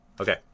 Okay